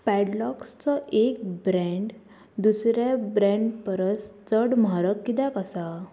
पॅडलोग्सचो एक ब्रँड दुसऱ्या ब्रँड परस चड म्हारग कित्याक आसा